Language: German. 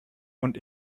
und